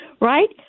Right